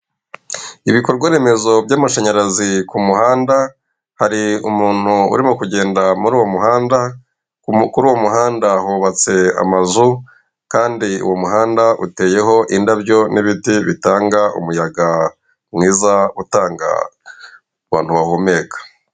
Ibikorwaremezo by'amashanyarazi ku muhanda, hari umuntu urimo kugenda muruwo muhanda, kuruwo muhanda hubatse amazu kandi uwo muhanda uteyeho indabyo n'ibiti bitanga umuyaga mwiza utanga, abantu bahumeka.